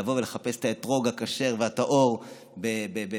לבוא ולחפש את האתרוג הכשר והטהור בשוק